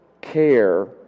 care